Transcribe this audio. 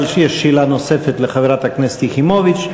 אבל יש שאלה נוספת לחברת הכנסת יחימוביץ,